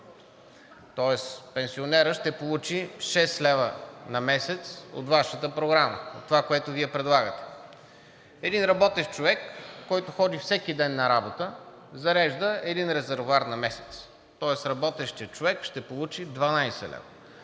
тоест пенсионерът ще получи 6 лв. на месец от Вашата програма, от това, което Вие предлагате. Един работещ човек, който ходи всеки ден на работа, зарежда един резервоар на месец, тоест работещият човек ще получи 12 лв.